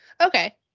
okay